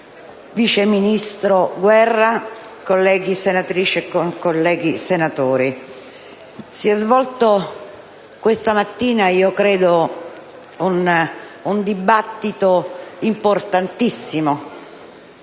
vice ministro Guerra, colleghe senatrici e colleghi senatori, si è svolto questa mattina un dibattito a mio avviso importantissimo,